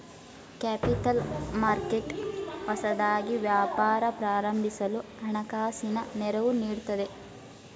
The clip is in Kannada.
ಕ್ಯಾಪಿತಲ್ ಮರ್ಕೆಟ್ ಹೊಸದಾಗಿ ವ್ಯಾಪಾರ ಪ್ರಾರಂಭಿಸಲು ಹಣಕಾಸಿನ ನೆರವು ನೀಡುತ್ತದೆ